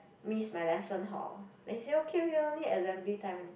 miss my lesson hor then he say okay okay only assembly time only